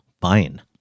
fine